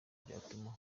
byatuma